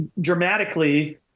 dramatically